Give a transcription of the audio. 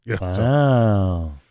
Wow